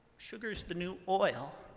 sugar's the new oil.